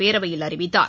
பேரவையில் அறிவித்தார்